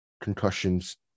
concussions